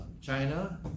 China